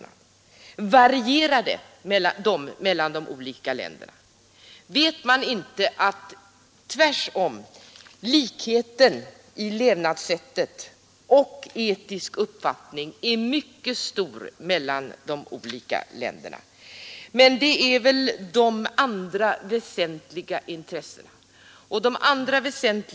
Och varierar de förhållandena i de olika länderna? Vet man inte att likheten i levnadssätt och etisk uppfattning tvärtom är mycket stor i dessa länder? Nej, det kanske är helt andra väsentliga intressen det här gäller?